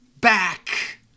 back